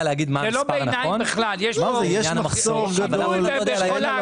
מחסור גדול.